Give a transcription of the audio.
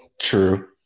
True